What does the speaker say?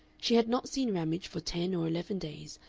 she had not seen ramage for ten or eleven days,